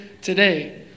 today